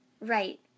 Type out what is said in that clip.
Right